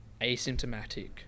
asymptomatic